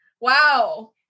Wow